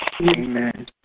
Amen